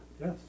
Yes